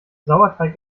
sauerteig